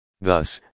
Thus